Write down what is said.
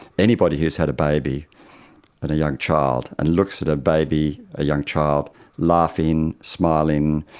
anybody who's had a baby and a young child and looks at a baby, a young child laughing, smiling,